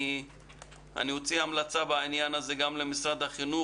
אני אוציא בעניין הזה המלצה גם למשרד החינוך.